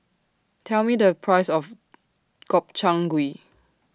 Tell Me The Price of Gobchang Gui